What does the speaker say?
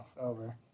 over